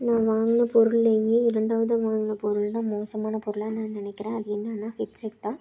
நான் வாங்கின பொருள்லயே இரண்டாவதாக வாங்கின பொருள்தான் மோசமான பொருளாக நான் நினைக்கிறேன் அது என்னன்னா ஹெட்செட் தான்